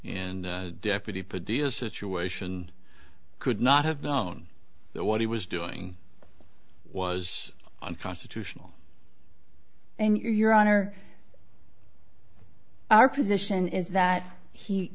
and deputy for d s situation could not have known what he was doing was unconstitutional and your honor our position is that he